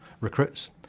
recruits